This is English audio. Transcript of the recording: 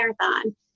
marathon